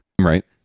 right